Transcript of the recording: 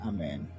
Amen